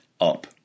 up